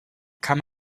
come